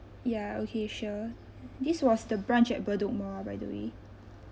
ya okay sure this was the branch at bedok mall by the way